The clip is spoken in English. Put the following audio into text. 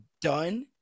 done